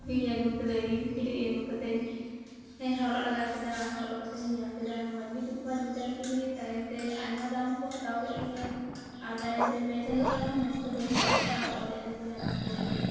ᱠᱤᱨᱤᱧ ᱟᱹᱜᱩ ᱠᱤᱫᱟᱹᱭᱤᱧ ᱠᱤᱨᱤᱧ ᱟᱹᱜᱩ ᱠᱟᱛᱮᱜ ᱤᱧ ᱦᱚᱨᱚᱜ ᱞᱟᱜᱟ ᱠᱮᱫᱟ ᱦᱚᱨᱚᱜ ᱠᱟᱛᱮᱜ ᱤᱧ ᱧᱮᱞ ᱠᱮᱫᱟ ᱢᱚᱪᱜᱤ ᱡᱩᱛᱢᱟ ᱡᱩᱛ ᱮᱱᱛᱤᱧ ᱜᱤ ᱛᱟᱭᱚᱢ ᱛᱮ ᱟᱭᱢᱟ ᱫᱟᱢ ᱠᱩᱠᱩ ᱦᱟᱛᱟᱣ ᱠᱮᱫ ᱛᱤᱧᱟᱹ ᱟᱨ ᱛᱟᱭᱚᱢ ᱛᱮ ᱯᱮ ᱪᱟᱸᱫᱩ ᱜᱟᱱᱦᱚᱸ ᱢᱚᱡᱽ ᱛᱮ ᱵᱟᱹᱧ ᱦᱚᱨᱚᱜ ᱞᱮᱫᱟ ᱟᱨ ᱚᱲᱮᱡ ᱮᱱᱛᱤᱧᱟᱹ ᱚᱱᱟ ᱠᱩᱲᱛᱤ